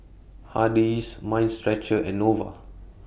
Hardy's Mind Stretcher and Nova